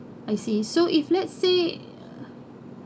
I see so if let's say